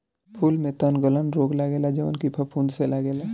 फूल में तनगलन रोग लगेला जवन की फफूंद से लागेला